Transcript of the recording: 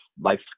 life